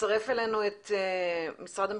נצרף אלינו את משרד המשפטים,